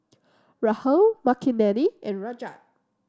Rahul Makineni and Rajat